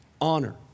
honor